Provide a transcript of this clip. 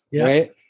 right